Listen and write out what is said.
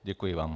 Děkuji vám.